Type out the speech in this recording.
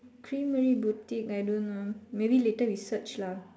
Creamery boutique I don't know maybe later we search lah